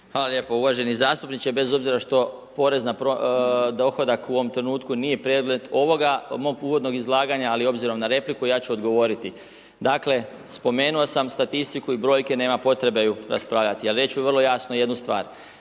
Hvala lijepo uvaženi zastupniče, bez obzira što porezni dohodak nije predmet ovoga mog uvodnog izlaganja, ali obzirom na repliku ja ću odgovoriti. Dakle spomenuo sam statistiku i brojke nema potrebe ju raspravljati, a reći ću vrlo jasno jednu stvar,